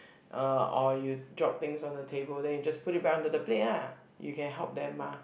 uh or you drop things on the table then you just put it back onto the plate ah you can help them mah